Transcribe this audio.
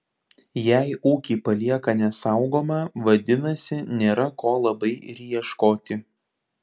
jei ūkį palieka nesaugomą vadinasi nėra ko labai ir ieškoti